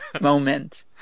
moment